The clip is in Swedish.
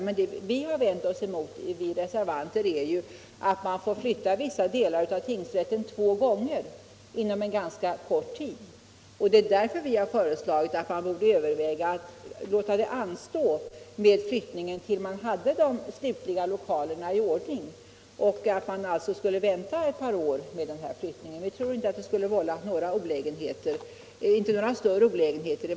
Men vad vi reservanter vänt oss emot är att man får flytta vissa delar av tingsrätten två gånger inom en ganska kort tid. Det är därför vi föreslagit att man borde överväga att låta flyttningen anstå tills man har de slutliga lokalerna i ordning, och att man skulle vänta ett par år med denna flyttning. Vi tror inte det skulle vålla några större olägenheter.